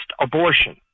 abortion